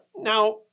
Now